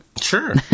Sure